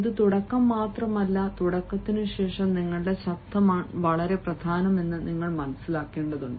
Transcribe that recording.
ഇത് തുടക്കം മാത്രമല്ല തുടക്കത്തിനുശേഷം നിങ്ങളുടെ ശബ്ദമാണ് വളരെ പ്രധാനമെന്ന് നിങ്ങൾ മനസ്സിലാക്കേണ്ടതുണ്ട്